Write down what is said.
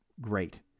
Great